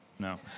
No